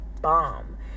bomb